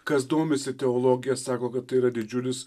kas domisi teologija sako kad tai yra didžiulis